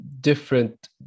different